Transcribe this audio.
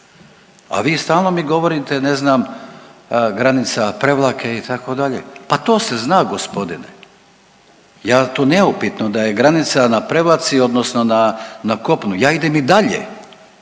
a vi stalno mi govorite, ne znam, granica Prevlake, itd. Pa to se zna, gospodine! Ja, to neupitno, da je granica na Prevlaci, odnosno na kopnu. Ja idem i dalje,